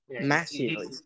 massively